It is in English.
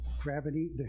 gravity